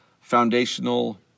foundational